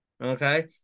Okay